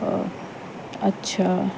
अछा